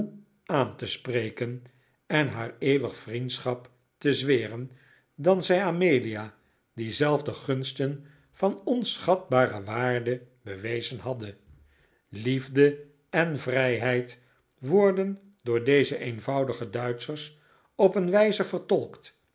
aan te spreken en haar eeuwig vriendschap te zweren dan zij amelia diezelfde gunsten van onschatbare waarde bewezen hadden liefde en vrijheid worden door deze eenvoudige duitschers op een wijze vertolkt